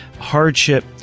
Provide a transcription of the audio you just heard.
hardship